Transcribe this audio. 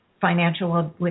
financial